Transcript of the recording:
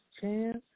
chance